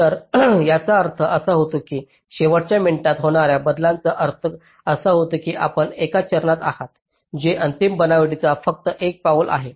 तर याचा अर्थ असा होतो की शेवटच्या मिनिटात होणाऱ्या बदलांचा अर्थ असा होतो की आपण एका चरणात आहात जे अंतिम बनावटीच्या फक्त एक पाऊल आहे